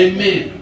Amen